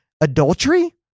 adultery